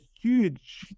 huge